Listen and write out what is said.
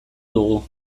dugu